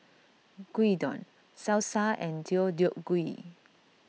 Gyudon Salsa and Deodeok Gui